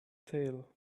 tail